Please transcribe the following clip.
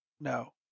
No